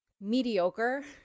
mediocre